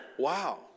Wow